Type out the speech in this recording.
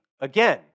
again